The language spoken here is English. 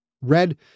Red